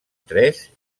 tres